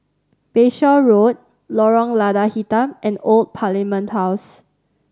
Bayshore Road Lorong Lada Hitam and Old Parliament House